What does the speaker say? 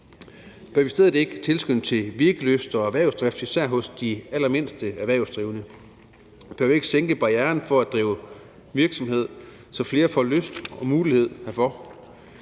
ikke i stedet for tilskynde til virkelyst og driftighed hos især de allermindste erhvervsdrivende? Bør vi ikke sænke barren for at drive virksomhed, så flere får lyst til og mulighed for